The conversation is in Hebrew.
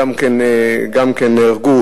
אני רק ככה מדמיין לעצמי מה היה קורה,